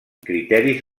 criteris